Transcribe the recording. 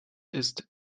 ist